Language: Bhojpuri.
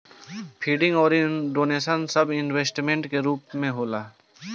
फंडिंग अउर डोनेशन सब इन्वेस्टमेंट के रूप में हो सकेला